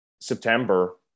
September